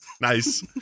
Nice